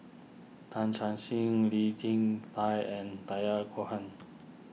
Tam Chan Sing Lee Jin Tat and Taya Cohen